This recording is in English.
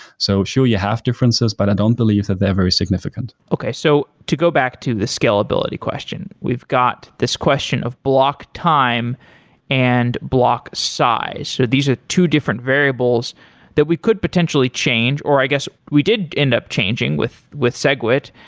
so sure, you have differences, but i don't believe that they're very significant. okay. so to go back to the scalability question, we've got this question of block time and block size. so these are two different variables that we could potentially change, or i guess we did end up changing with with segwit.